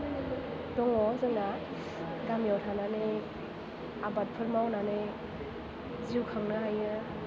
दङ जोंना गामियाव थानानै आबादफोर मावनानै जिउ खांनो हायो